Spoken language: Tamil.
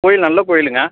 கோயில் நல்லக் கோயிலுங்க